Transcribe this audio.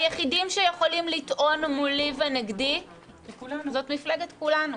היחידים שיכולים לטעון מולי ונגדי זאת מפלגת כולנו,